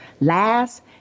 last